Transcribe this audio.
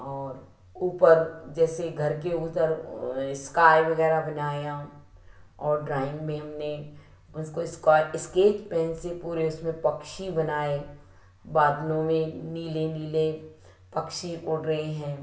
और ऊपर जैसे घर के उधर स्काय वगैरह बनाया और ड्राइंग में हमने उसको इसकेच पेन से पूरे उसमें हमने पक्षी बनाए बादलों में नीले नीले पक्षी उड़ रहे हैं